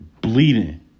bleeding